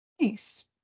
Nice